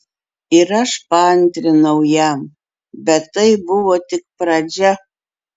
ir aš paantrinau jam bet tai buvo tik pradžia